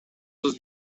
sus